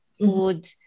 food